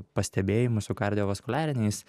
pastebėjimus su kardiovaskulariniais